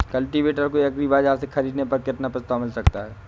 Cultivator को agri बाजार से ख़रीदने पर कितना प्रस्ताव मिल सकता है?